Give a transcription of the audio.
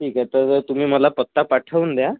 ठीक आहे तर तुम्ही मला पत्ता पाठवून द्या